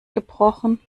gebrochen